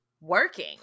working